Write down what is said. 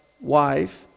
wife